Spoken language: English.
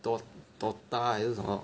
D_O_T_A 还是什么